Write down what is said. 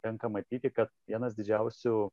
tenka matyti kad vienas didžiausių